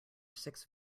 six